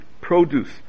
produce